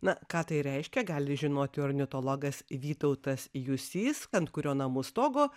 na ką tai reiškia gali žinoti ornitologas vytautas jusys ant kurio namų stogo